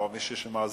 או מישהו שמאזין,